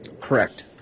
Correct